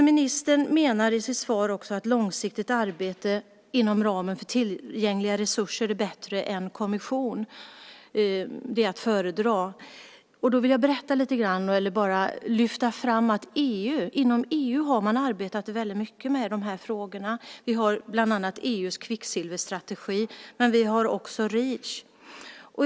Ministern menar i sitt svar att långsiktigt arbete inom ramen för tillgängliga resurser är att föredra framför en kommission. Då vill jag lyfta fram att inom EU har man arbetat väldigt mycket med de här frågorna, bland annat i EU:s kvicksilverstrategi men också i Reach.